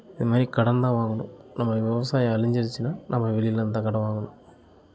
இதுமாதிரி கடன்தான் வாங்கணும் நம்ம விவசாயம் அழிஞ்சிருச்சின்னால் நம்ம வெளியிலேருந்துதான் கடன் வாங்கணும்